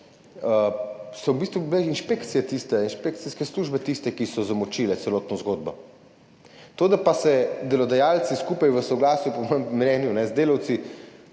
so bile v bistvu inšpekcijske službe tiste, ki so zamočile celotno zgodbo. To, da pa se delodajalci skupaj v soglasju, po mojem mnenju, z delavci